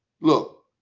look